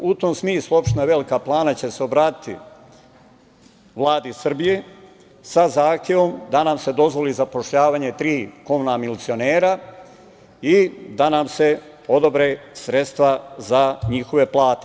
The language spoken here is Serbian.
U tom smislu, opština Velika Plana će se obratiti Vladi Srbije, sa zahtevom da nam se dozvoli zapošljavanje tri komunalna milicionera i da nam se odobre sredstva za njihove plate.